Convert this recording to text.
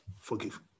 Forgive